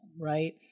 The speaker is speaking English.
right